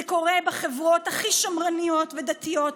זה קורה בחברות הכי שמרניות ודתיות,